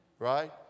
Right